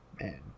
Man